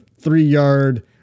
three-yard